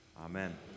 Amen